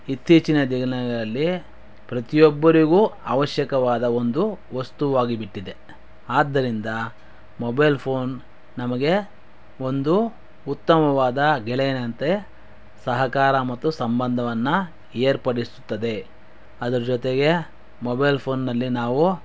ಇತ್ತೀಚಿನ ದಿನಗಳಲ್ಲಿ ಪ್ರತಿಯೊಬ್ಬರಿಗೂ ಅವಶ್ಯಕವಾದ ಒಂದು ವಸ್ತುವಾಗಿಬಿಟ್ಟಿದೆ ಆದ್ದರಿಂದ ಮೊಬೈಲ್ ಫೋನ್ ನಮಗೆ ಒಂದು ಉತ್ತಮವಾದ ಗೆಳೆಯನಂತೆ ಸಹಕಾರ ಮತ್ತು ಸಂಬಂಧವನ್ನು ಏರ್ಪಡಿಸುತ್ತದೆ ಅದರ ಜೊತೆಗೆ ಮೊಬೈಲ್ ಫೋನ್ನಲ್ಲಿ ನಾವು